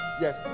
yes